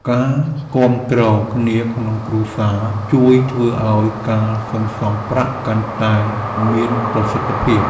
ការគាំទ្រគ្នាក្នុងគ្រួសារជួយធ្វើឱ្យការសន្សុំប្រាក់កាន់តែមានប្រសិទ្ធភាព។